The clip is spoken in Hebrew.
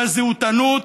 בזהותנות,